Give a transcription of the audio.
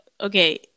Okay